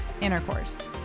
intercourse